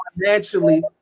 financially